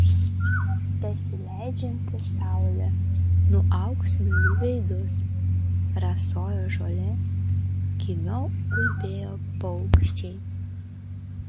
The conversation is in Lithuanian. besileidžianti saulė nuauksino jų veidus rasojo žolė kimiau ulbėjo paukščiai